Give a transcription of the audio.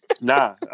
Nah